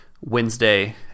wednesday